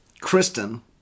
Kristen